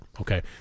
Okay